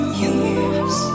years